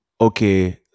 okay